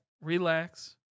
relax